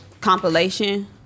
compilation